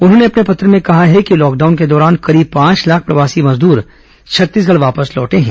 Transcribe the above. उन्होंने अपने पत्र में कहा है कि लॉकडाउन के दौरान करीब पांच लाख प्रवासी मजदूर छत्तीसगढ़ वापस लौटे हैं